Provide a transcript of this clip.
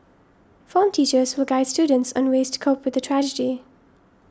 form teachers will guide students on ways to cope with the tragedy